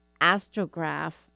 astrograph